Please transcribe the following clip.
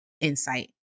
insight